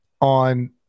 on